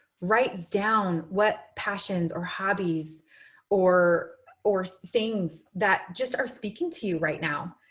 write down what passions or hobbies or or things that just are speaking to you right now.